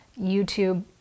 YouTube